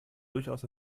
durchaus